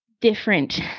different